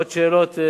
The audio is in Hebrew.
עוד שאלות?